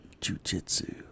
jujitsu